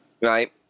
right